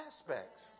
aspects